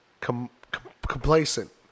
complacent